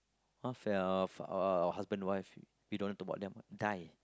half our our husband wife we don't talk about them ah die